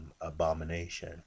abomination